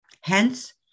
Hence